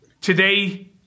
today